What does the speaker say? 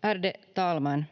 Ärade talman!